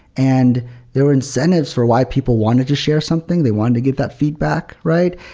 and there were incentives for why people wanted to share something. they wanted to give that feedback, right?